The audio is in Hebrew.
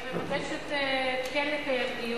אני מבקשת כן לקיים דיון,